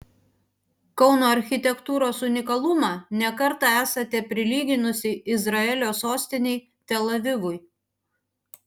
kauno architektūros unikalumą ne kartą esate prilyginusi izraelio sostinei tel avivui